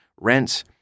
rents